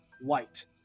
white